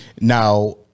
now